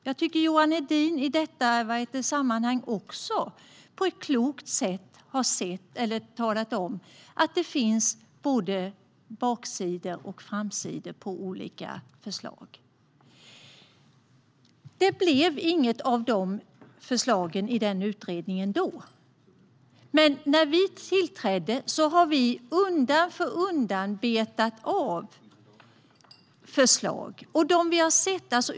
Jag tycker att även Johan Hedin i detta sammanhang på ett klokt sätt talade om att det finns både baksidor och framsidor på olika förslag. Det blev inget av förslagen i den utredningen då, men sedan vi tillträdde har vi undan för undan betat av förslag.